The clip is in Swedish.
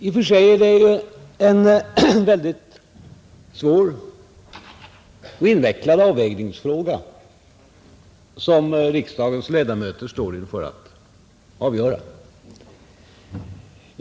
I och för sig är det ju en väldigt svår och invecklad avvägningsfråga som riksdagens ledamöter står inför att avgöra.